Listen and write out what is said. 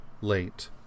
late